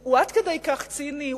הוא עד כדי כך ציני?